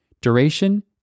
duration